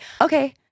okay